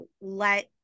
let